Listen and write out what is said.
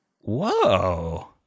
Whoa